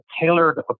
tailored